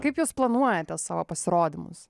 kaip jūs planuojate savo pasirodymus